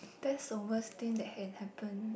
that's the worst thing that can happen